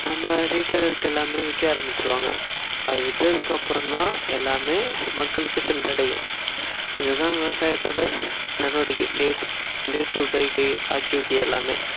நம்ம ரீடைலர்க்கு எல்லாமே விற்க ஆரமிச்சிருவாங்க அதை விற்றதுக்கு அப்புறோம் தான் எல்லாமே மக்களுக்கு சென்றடையும் இது தான் விவசாயத்தோடய நடவடிக்கை day by day to by day activity எல்லாமே